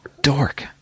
dork